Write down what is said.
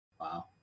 Wow